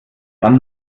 dann